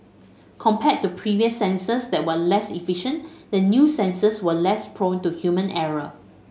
compared to previous sensors that were less efficient the new sensors were less prone to human error